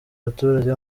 abaturage